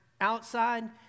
outside